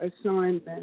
assignment